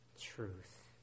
truth